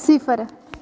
सिफर